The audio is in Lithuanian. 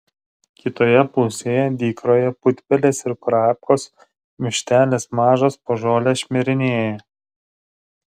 kitoje pusėje dykroje putpelės ir kurapkos vištelės mažos po žolę šmirinėja